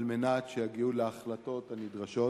על מנת שיגיעו להחלטות הנדרשות.